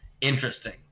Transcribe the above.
Interesting